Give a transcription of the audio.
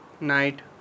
night